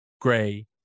gray